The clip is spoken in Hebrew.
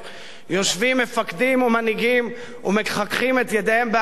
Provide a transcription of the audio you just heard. יושבים מפקדים ומנהיגים ומחככים את ידיהם בהנאה,